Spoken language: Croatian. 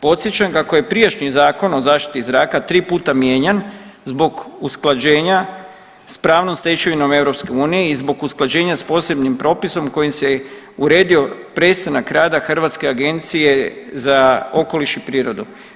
Podsjećam kako je prijašnji Zakon o zaštiti zraka 3 puta mijenjan zbog usklađenja s pravnom stečevinom EU i zbog usklađenja s posebnim propisom kojim se uredio prestanak rada Hrvatske agencije za okoliš i prirodu.